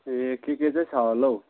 ए के के चाहिँ छ होला हो